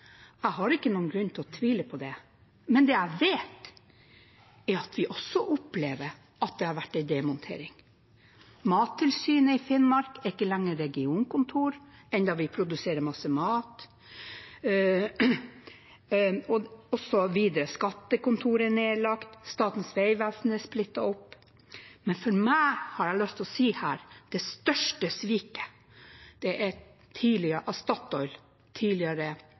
Jeg har ikke noen grunn til å tvile på det, men det jeg vet, er at vi også opplever at det har vært en demontering. Mattilsynet i Finnmark er ikke lenger regionkontor, enda vi produserer masse mat, skattekontoret er nedlagt, Statens vegvesen er splittet opp, osv. Men jeg har lyst til å si her at for meg er det største sviket